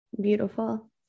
Beautiful